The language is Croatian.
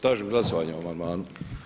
Tražim glasovanje o amandmanu.